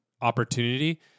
opportunity